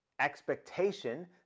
expectation